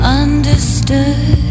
understood